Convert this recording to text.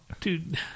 dude